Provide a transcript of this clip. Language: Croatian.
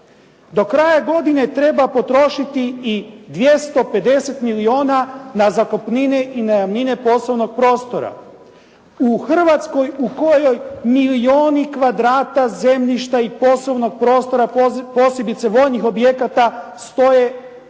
Do kraja godine treba potrošiti i 250 milijona na zakupnine i najamnine poslovnog prostora. U Hrvatskoj u kojoj milijoni kvadrata zemljišta i posebnog prostora, posebice vojnih objekata stoje